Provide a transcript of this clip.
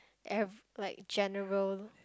ev~ like general